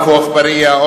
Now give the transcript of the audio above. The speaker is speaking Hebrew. עפו אגבאריה,